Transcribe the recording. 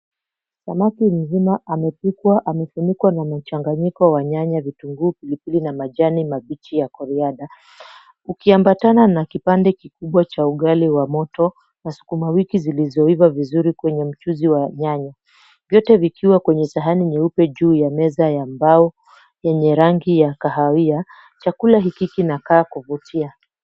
Samaki mzima amepikwa, amefunikwa na mchanganyiko wa nyanya, vitunguu, pilipili na majani mabichi ya coriander . Ukiambatana na kipande kikubwa cha ugali wa moto na sukuma wiki zilizoiva vizuri kwenye mchuzi wa nyanya. Vyote vikiwa kwenye sahani nyeupe juu ya meza ya mbao yenye rangi ya kahawia. Chakula hiki kinakaa kuvutia.